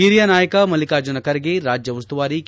ಹಿರಿಯ ನಾಯಕ ಮಲ್ಲಿಕಾರ್ಜುನ ಖರ್ಗೆ ರಾಜ್ಯ ಉಸ್ತುವಾರಿ ಕೆ